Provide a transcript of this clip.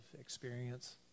experience